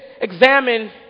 examine